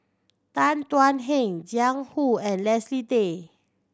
Tan Thuan Heng Jiang Hu and Leslie Tay